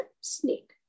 snake